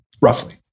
roughly